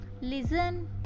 listen